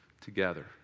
together